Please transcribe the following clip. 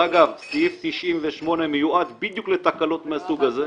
דרך אגב, סעיף 98 מיועד בדיוק לתקלות מהסוג הזה.